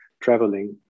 traveling